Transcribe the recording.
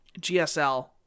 GSL